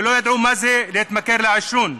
שלא ידעו מה זה להתמכר לעישון.